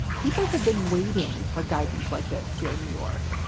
people had been waiting for guidance like this here in new york.